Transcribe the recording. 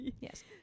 Yes